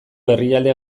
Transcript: herrialde